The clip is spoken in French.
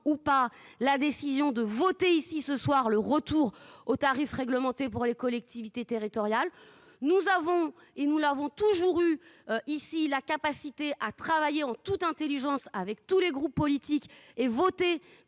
ou pas. La décision de voter ici ce soir le retour aux tarifs réglementés pour les collectivités territoriales nous avons et nous l'avons toujours eu ici, la capacité à travailler en toute Intelligence avec tous les groupes politiques et votée